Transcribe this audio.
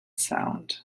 sound